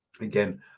again